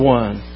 one